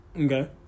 Okay